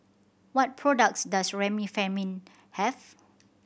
what products does Remifemin have